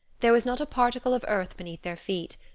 there was not a particle of earth beneath their feet.